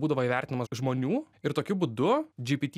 būdavo įvertinamas žmonių ir tokiu būdu gpt